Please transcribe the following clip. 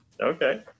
okay